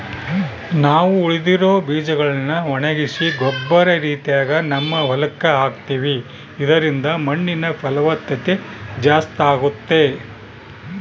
ನಾವು ಉಳಿದಿರೊ ಬೀಜಗಳ್ನ ಒಣಗಿಸಿ ಗೊಬ್ಬರ ರೀತಿಗ ನಮ್ಮ ಹೊಲಕ್ಕ ಹಾಕ್ತಿವಿ ಇದರಿಂದ ಮಣ್ಣಿನ ಫಲವತ್ತತೆ ಜಾಸ್ತಾಗುತ್ತೆ